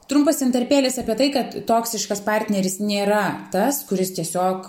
trumpas intarpėlis apie tai kad toksiškas partneris nėra tas kuris tiesiog